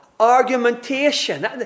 Argumentation